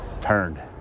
turned